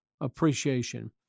appreciation